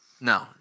No